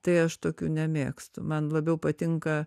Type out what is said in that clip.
tai aš tokių nemėgstu man labiau patinka